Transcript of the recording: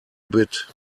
bit